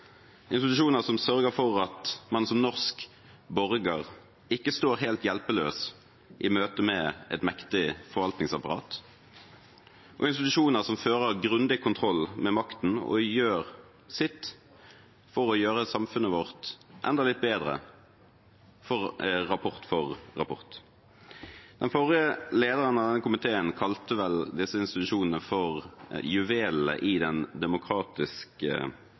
institusjoner som sørger for at man som norsk borger ikke står helt hjelpeløs i møtet med et mektig forvaltningsapparat, og institusjoner som fører grundig kontroll med makten og gjør sitt for å gjøre samfunnet vårt enda litt bedre, rapport for rapport. Den forrige lederen av denne komiteen kalte vel disse institusjonene for juvelene i den demokratiske